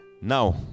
Now